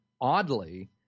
oddly